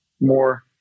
more